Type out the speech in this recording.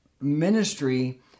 ministry